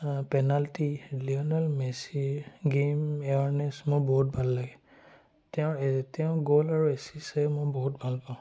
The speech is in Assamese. পেনাল্টি লিঅ'নেল মেছিৰ গেইম এৱাৰনেছ মোৰ বহুত ভাল লাগে তেওঁৰ এ তেওঁ গ'ল আৰু এচিষ্ট চাই মই বহুত ভাল পাওঁ